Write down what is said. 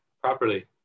properly